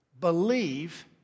Believe